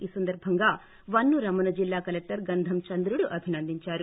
ఈ సందర్బంగా వన్నూ రమ్మను జిల్లా కలెక్టర్ గంధం చంద్రుడు అభినందించారు